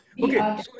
Okay